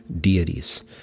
deities